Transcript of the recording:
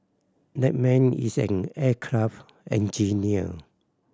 that man is an aircraft engineer